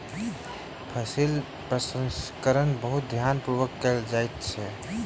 फसील प्रसंस्करण बहुत ध्यान पूर्वक कयल जाइत अछि